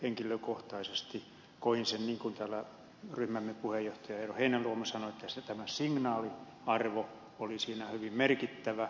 henkilökohtaisesti koin sen niin kuten täällä ryhmämme puheenjohtaja eero heinäluoma sanoi että tämä signaaliarvo oli siinä hyvin merkittävä